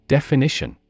Definition